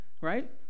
right